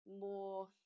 more